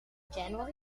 january